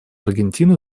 аргентины